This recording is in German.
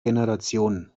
generation